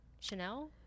Chanel